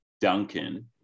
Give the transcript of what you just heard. Duncan